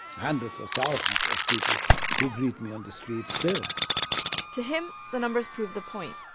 hundreds of thousands of people who greet me on the streets, still to him, the numbers prove the point.